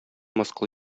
мыскыл